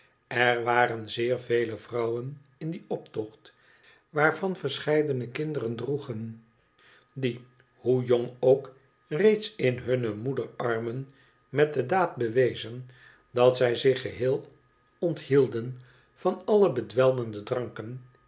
er waren zeer vele vrouwen in dien optocht waarvan verscheidene kinderen droegen die hoe jong ook reeds in hunne moederarmen met de daad bewezen dat zij zich geheel onthielden van alle bedwelmende dranken